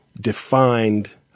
defined